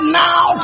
now